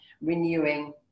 renewing